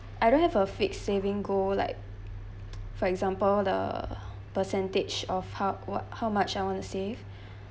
I don't have a fixed savings goal like for example the percentage of how what how much I want to save